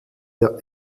der